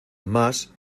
más